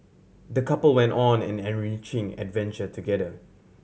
the couple went on an enriching adventure together